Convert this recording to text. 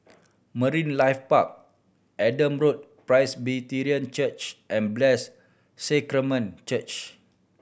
Marine Life Park Adam Road Presbyterian Church and Blessed Sacrament Church